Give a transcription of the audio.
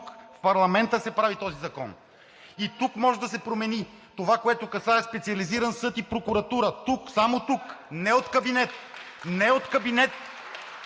в парламента се прави този закон и тук може да се промени. Това, което касае Специализирания съд и прокуратурата – тук, само тук, не от кабинет (ръкопляскания